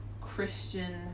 Christian